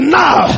now